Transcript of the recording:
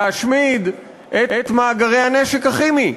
להשמיד את מאגרי הנשק הכימי.